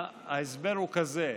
ההסבר הוא כזה: